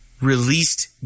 released